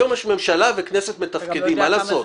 היום יש ממשלה וכנסת מתפקדות, מה לעשות.